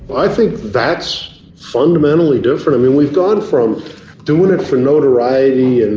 i think that's fundamentally different. i mean, we've gone from doing it for notoriety, and,